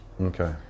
Okay